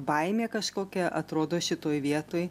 baimė kažkokia atrodo šitoj vietoj